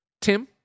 Tim